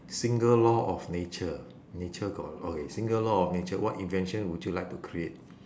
single law of nature nature got a lot eh single law of nature what invention would you like to create